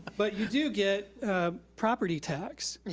but you do get property tax.